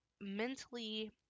mentally